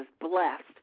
blessed